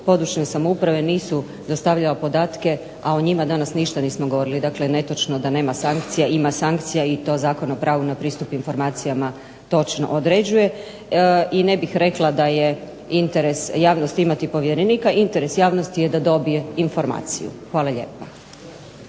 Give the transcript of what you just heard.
područne samouprave nisu dostavljala podatke, a o njima danas ništa nismo govorili. Dakle, netočno je da nema sankcija, ima sankcije i to Zakon o pravu na pristup informacijama točno određuje. I ne bih rekla da je interes javnosti imati povjerenika, interes javnosti je da dobije informaciju. Hvala lijepa.